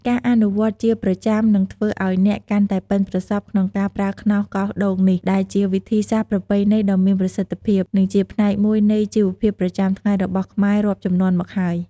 ការអនុវត្តជាប្រចាំនឹងធ្វើឱ្យអ្នកកាន់តែប៉ិនប្រសប់ក្នុងការប្រើខ្នោសកោសដូងនេះ ដែលជាវិធីសាស្ត្រប្រពៃណីដ៏មានប្រសិទ្ធភាព និងជាផ្នែកមួយនៃជីវភាពប្រចាំថ្ងៃរបស់ខ្មែររាប់ជំនាន់មកហើយ។